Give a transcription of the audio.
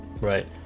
Right